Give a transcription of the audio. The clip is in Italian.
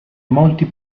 molti